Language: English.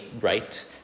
right